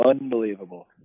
Unbelievable